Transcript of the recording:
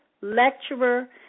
lecturer